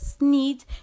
need